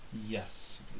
Yes